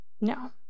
No